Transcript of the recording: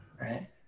right